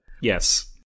Yes